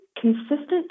consistent